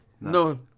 No